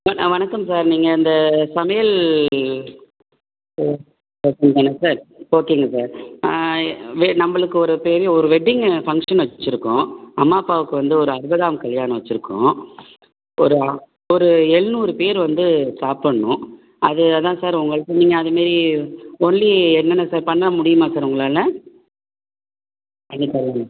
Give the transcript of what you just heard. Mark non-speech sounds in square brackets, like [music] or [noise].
sir ஆ வணக்கம் sir நீங்கள் இந்த சமையல் கேட்ரிங் தான சார் ஓகேங்க சார் வெ நம்பளுக்கு ஒரு பெரிய ஒரு வெட்டிங்கு ஃபங்க்ஷன் வச்சிருக்கோம் அம்மா அப்பாவுக்கு வந்து ஒரு அறுபதாம் கல்யாணம் வச்சுருக்குறோம் ஒரு ஒரு எழ்நூறு பேர் வந்து சாப்புடணும் அது அதான் சார் உங்கள்கிட்ட நீங்கள் அது மாரி ஒன்லி என்னென்ன சார் பண்ண முடியுமா சார் உங்களால் [unintelligible]